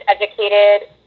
educated